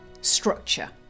structure